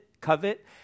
covet